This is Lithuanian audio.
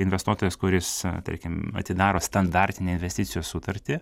investuotojas kuris tarkim atidaro standartinę investicijų sutartį